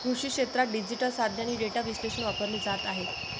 कृषी क्षेत्रात डिजिटल साधने आणि डेटा विश्लेषण वापरले जात आहे